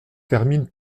termine